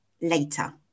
later